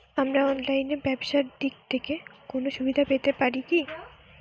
আমরা অনলাইনে ব্যবসার দিক থেকে কোন সুবিধা পেতে পারি?